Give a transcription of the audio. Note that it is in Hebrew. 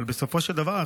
אבל בסופו של דבר,